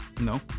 no